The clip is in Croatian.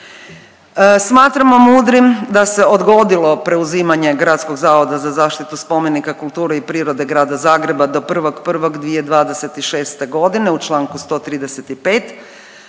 Smatramo mudrim da se odgodilo preuzimanje Gradskog zavoda za zaštitu spomenika kulture i prirode Grada Zagreba do 1.01.2026. godine u čl. 135.